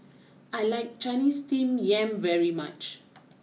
I like Chinese Steamed Yam very much